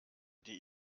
die